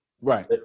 Right